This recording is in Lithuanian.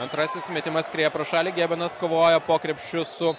antrasis metimas skrieja pro šalį gebinas kovoja po krepšiu su